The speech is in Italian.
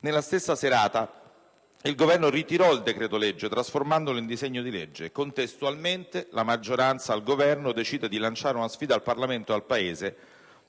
Nella stessa serata, il Governo ritira il decreto-legge trasformandolo in disegno di legge. Contestualmente, la maggioranza decide di lanciare una sfida al Parlamento e al Paese,